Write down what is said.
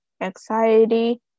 anxiety